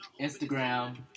Instagram